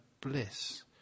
bliss